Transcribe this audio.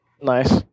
Nice